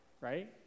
right